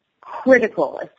critical